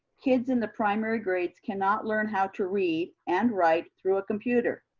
kids in the primary grades cannot learn how to read and write through a computer.